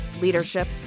leadership